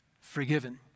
forgiven